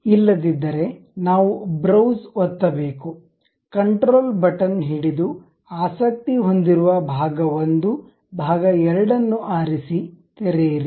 ಇಲ್ಲದಿದ್ದರೆ ನಾವು ಬ್ರೌಸ್ ಒತ್ತಬೇಕು ಕಂಟ್ರೋಲ್ ಬಟನ್ ಹಿಡಿದು ಆಸಕ್ತಿ ಹೊಂದಿರುವ ಭಾಗ 1 ಭಾಗ 2 ಅನ್ನು ಆರಿಸಿ ತೆರೆಯಿರಿ